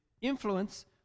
influence